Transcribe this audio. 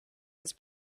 his